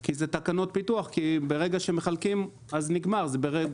כי אלה תקנות פיתוח, וברגע שמחלקים, זה נגמר.